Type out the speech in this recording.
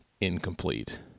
incomplete